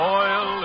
oil